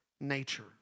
nature